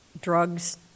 drugs